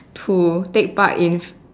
to take part in